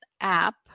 app